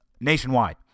nationwide